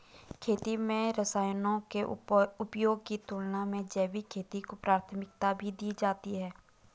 खेती में रसायनों के उपयोग की तुलना में जैविक खेती को प्राथमिकता दी जाती है